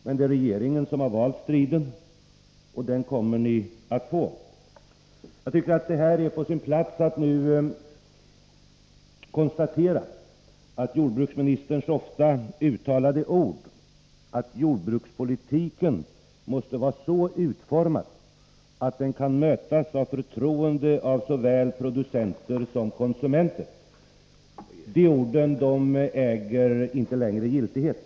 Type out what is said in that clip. Men det är regeringen som har valt striden, och den kommer ni att få. Det är här på sin plats att nu konstatera att jordbruksministerns ofta uttalade ord, att jordbrukspolitiken måste vara så utformad att den kan mötas med förtroende av såväl producenter som konsumenter, inte längre äger giltighet.